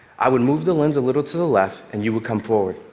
i would move the lens a little to the left and you would come forward.